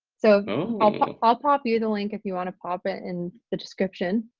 so i'll pop ah pop you the link if you want to pop it in the description